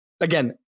Again